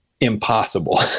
impossible